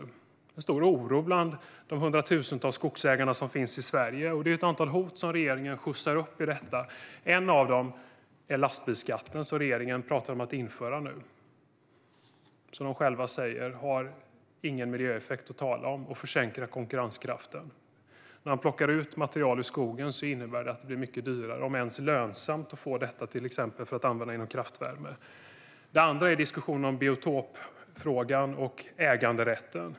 Det råder en stor oro bland de hundratusentals skogsägarna i Sverige, och det finns ett antal hot som regeringen skjutsar upp i detta. En av dem är lastbilsskatten, som regeringen pratar om att införa. De säger själva att den inte har någon miljöeffekt, och den försämrar konkurrenskraften. När man plockar ut material ur skogen blir det dyrare, om det ens blir lönsamt, att använda det till kraftvärmen. Det andra är diskussionen om biotopfrågan och äganderätten.